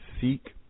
seek